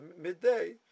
midday